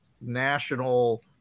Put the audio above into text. national